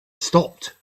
stopped